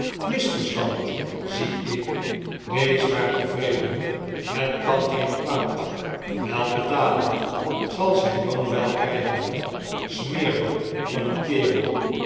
misverstand zie ik wees maar tevreden het kan geen kwaad wel betalen zal zijn de pickwick club loon wel krijgen smeerlap van een kerel